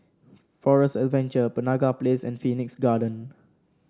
Forest Adventure Penaga Place and Phoenix Garden